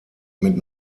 mit